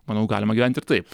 manau galima gyvent ir taip